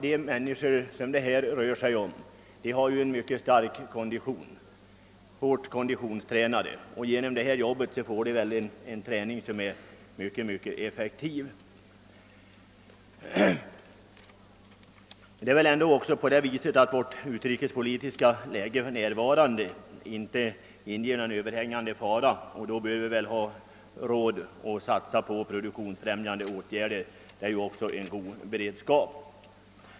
De människor det här rör sig om har en mycket stark kroppskonstitution och är hårt konditionstränade. Genom sitt civila arbete får de ju en mycket effektiv träning. Vårt utrikespolitiska läge inger väl heller inte någon oro för närvarande. Och då menar jag att vi bör ha råd att satsa på produktionsfrämjande åtgärder. Det är ju också en god beredskap.